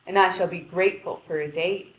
and i shall be grateful for his aid.